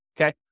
Okay